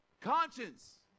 conscience